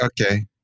Okay